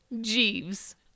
Jeeves